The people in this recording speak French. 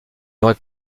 aurait